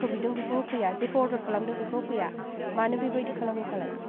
जेखौ बिदों बेखौ होफैया जेखौ अर्डार खासामदों बेखौ होफैया मानो बेबायदि खालामो फालाइ